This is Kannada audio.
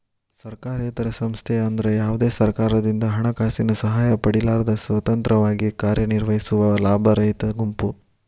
ಸರ್ಕಾರೇತರ ಸಂಸ್ಥೆ ಅಂದ್ರ ಯಾವ್ದೇ ಸರ್ಕಾರದಿಂದ ಹಣಕಾಸಿನ ಸಹಾಯ ಪಡಿಲಾರ್ದ ಸ್ವತಂತ್ರವಾಗಿ ಕಾರ್ಯನಿರ್ವಹಿಸುವ ಲಾಭರಹಿತ ಗುಂಪು